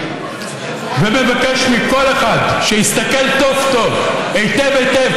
ומבקש מכל אחד שיסתכל היטב היטב,